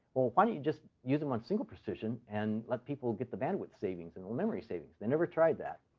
well, why don't you just use them on single precision and let people get the bandwidth savings and the memory savings? they never tried that.